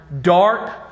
Dark